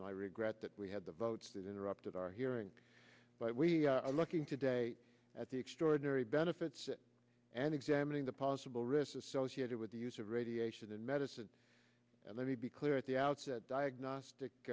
and i regret that we had the votes that interrupted our hearing but we are looking today at the extraordinary benefits and examining the possible risk associated with the use of radiation in medicine and let me be clear at the outset diagnostic